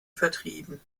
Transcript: vertrieben